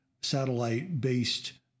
satellite-based